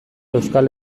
euskal